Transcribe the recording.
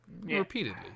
repeatedly